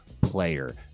player